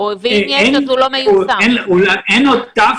אין יותר טוב